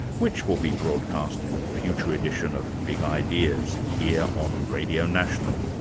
which will be broadcast in a future edition of big ideas, here on radio national.